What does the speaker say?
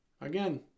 Again